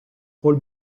col